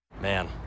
Man